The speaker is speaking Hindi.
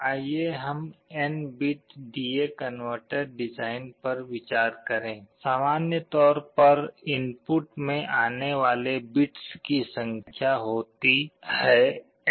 आइए हम N bit D A converter design पर विचार करें सामान्य तौर पर इनपुट में आने वाले बिट्स की संख्या होती n है